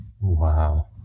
Wow